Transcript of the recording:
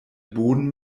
boden